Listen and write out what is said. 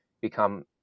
become